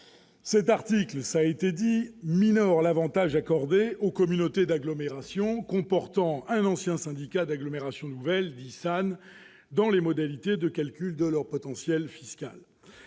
Cet article minore l'avantage accordé aux communautés d'agglomération comportant un ancien syndicat d'agglomération nouvelle, ou SAN, pour les modalités de calcul de leur potentiel fiscal.